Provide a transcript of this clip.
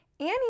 Annie